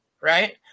right